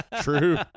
True